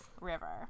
river